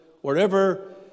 wherever